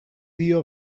dio